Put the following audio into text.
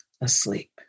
asleep